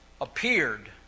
appeared